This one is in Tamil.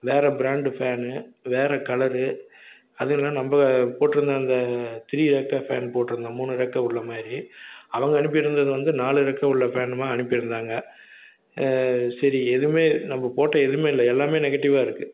வேறு பிராண்ட்டு ஃபேன்னு வேறு கலரு அதில் நம்ப போட்டிருந்த அந்த த்ரீ ரெக்கை ஃபேன் போட்டிருந்தோம் மூணு ரெக்கை உள்ள மாதிரி அவங்க அனுப்பியிருந்தது வந்து நாலு ரெக்கை உள்ள ஃபேன் மாதிரி அனுப்பியிருந்தாங்க சரி எதுவுமே நம்ப போட்ட எதுவும் இல்லை எல்லாமே நெகடிவ்வாக இருக்குது